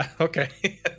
okay